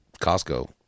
Costco